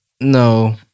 No